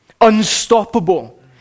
unstoppable